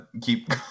keep